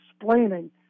explaining